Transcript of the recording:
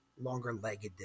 Longer-legged